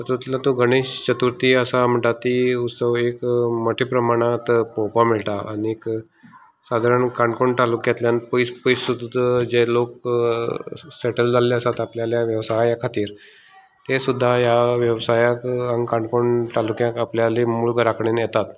तातूंतलो तूं गणेश चतुर्थी आसा म्हणटा ती उत्सव एक मोट्या प्रमाणांत पोळोपा मेळटा आनीक सादारण काणकोण तालुक्यांतल्यान पयस पयस सुद्धा जे लोक सेटल जाल्ले आसा आपल्याल्या वेवसाया खातीर ते सुंद्दा ह्या वेवसायाक हांगा काणकोण तालुक्यांक आपल्याल्या मूळ घरा कडेन येतात